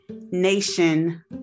nation